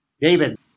David